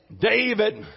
David